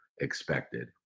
expected